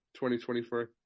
2023